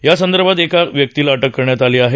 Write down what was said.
यासंदर्भात एका व्यक्तीला अटक करण्यात आली आहे